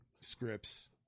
scripts